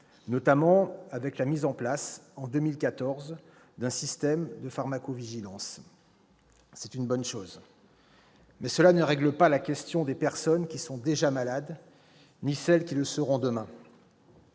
notamment avec la mise en place, en 2014, d'un système de pharmacovigilance. C'est une bonne chose. Mais cela ne règle pas la question des personnes déjà malades, ni de celles qui le seront demain.